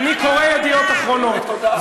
אני קורא "ידיעות אחרונות",